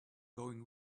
going